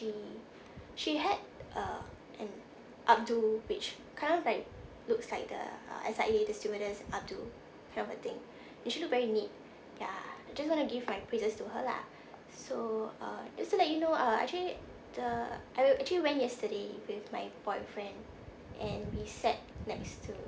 she had uh an up-do which kind of like looks like the uh S_I_A the stewardess up-do kind of a thing and she looked very neat ya I just want to give my praises to her lah so uh just to let you know uh actually the I actually went yesterday with my boyfriend and we sat next to